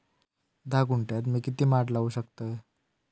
धा गुंठयात मी किती माड लावू शकतय?